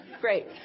great